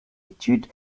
étude